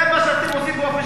זה מה שאתם עושים באופן שיטתי,